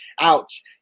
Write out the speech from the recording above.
Ouch